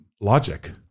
logic